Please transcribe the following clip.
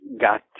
got